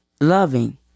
loving